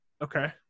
Okay